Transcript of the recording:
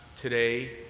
today